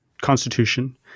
constitution